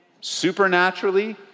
Supernaturally